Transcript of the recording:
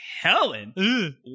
Helen